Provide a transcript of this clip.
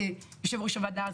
יושב-ראש הוועדה הזאת,